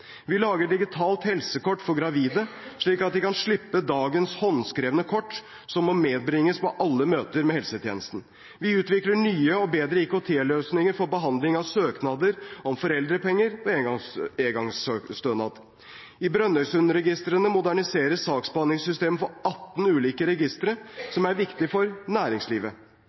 Vi lager digitalt helsekort for gravide, slik at de kan slippe dagens håndskrevne kort som må medbringes på alle møter med helsetjenesten. Vi utvikler nye og bedre IKT-løsninger for behandling av søknader om foreldrepenger og engangsstønad. I Brønnøysundregistrene moderniseres saksbehandlingssystemene for 18 ulike registre, som er viktige for næringslivet.